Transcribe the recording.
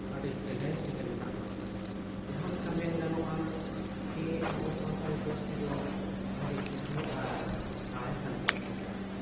ᱟᱹᱰᱤ ᱪᱮᱞᱮᱡᱽ ᱨᱮᱜᱮ ᱢᱮᱱᱟᱜ ᱵᱚᱱᱟ ᱡᱟᱦᱟᱸ ᱞᱮᱠᱟ ᱢᱮᱱ ᱜᱟᱱᱚᱜᱼᱟ ᱠᱤ ᱟᱵᱚ ᱥᱟᱱᱛᱟᱲᱤ ᱯᱟᱹᱨᱥᱤ ᱫᱚ ᱟᱹᱰᱤ ᱠᱤᱥᱟᱹᱬ ᱟᱨ ᱥᱟᱬᱮᱥᱟᱱ ᱯᱟᱹᱨᱥᱤ ᱠᱟᱱᱟ